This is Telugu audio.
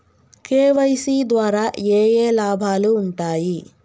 కే.వై.సీ ద్వారా ఏఏ లాభాలు ఉంటాయి?